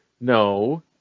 No